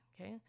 okay